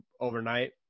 overnight